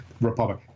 republic